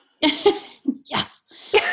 Yes